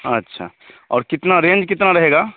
अच्छा और कितना रेंज कितना रहेगा